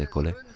holy